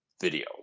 video